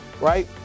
right